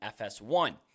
FS1